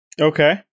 Okay